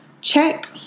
check